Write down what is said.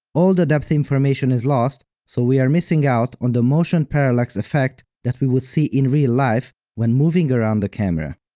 all the depth information is lost, so we are missing out on the motion parallax effect that we would see in real life when moving around a camera.